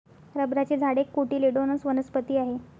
रबराचे झाड एक कोटिलेडोनस वनस्पती आहे